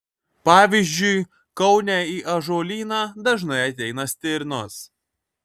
pavyzdžiui kaune į ąžuolyną dažnai ateina stirnos